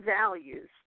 values